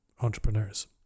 entrepreneurs